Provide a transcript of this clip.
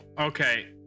Okay